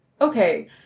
okay